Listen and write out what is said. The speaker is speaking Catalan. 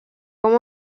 com